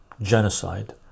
genocide